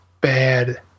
bad